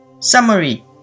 Summary